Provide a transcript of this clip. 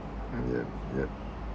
yup yup